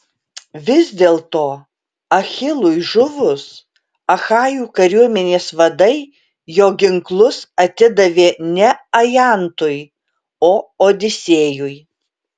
vis dėlto achilui žuvus achajų kariuomenės vadai jo ginklus atidavė ne ajantui o odisėjui